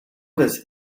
does